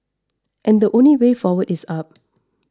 and the only way forward is up